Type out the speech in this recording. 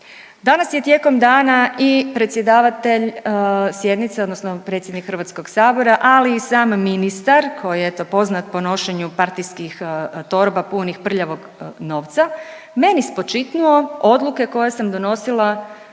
Danas je tijekom dana i predsjedavatelj sjednice odnosno predsjednik Hrvatskog sabora, ali i sam ministar koji je eto poznat po nošenju partijskih torba punih prljavog novca meni spočitnuo odluke koje sam donosila